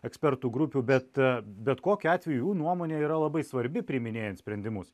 ekspertų grupių bet bet kokiu atveju jų nuomonė yra labai svarbi priiminėjant sprendimus